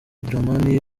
dramani